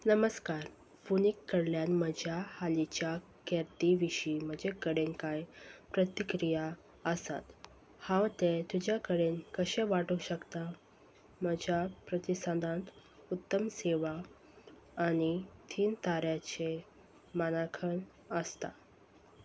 नमस्कार पुनीक कडल्यान म्हज्या हालींच्या कर्ती विशीं म्हजे कडेन कांय प्रतिक्रिया आसात हांव ते तुज्या कडेन कशें वांटोवंक शकता म्हज्या प्रतिसदांत उत्तम सेवा आनी तीन तऱ्याचें मानांकन आसता